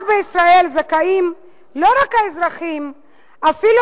רק בישראל זכאים לא רק האזרחים אלא אפילו